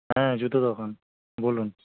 হ্যাঁ জুতোর দোকান বলুন